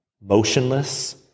motionless